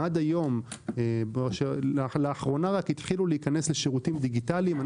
כאשר לאחרונה התחילו להיכנס לשירותים דיגיטליים,